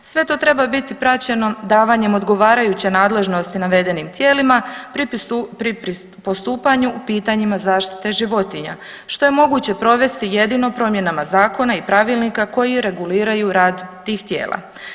Sve to treba biti praćeno davanjem odgovarajuće nadležnosti navedenim tijelima pri postupanju u pitanjima zaštite životinja što je moguće provesti jedino promjenama zakona i pravilnika koji reguliraju rad tih tijela.